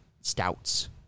stouts